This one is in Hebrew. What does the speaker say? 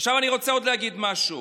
רוצה להגיד עוד משהו.